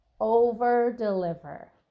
over-deliver